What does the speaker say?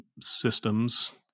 systems